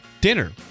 dinner